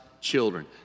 children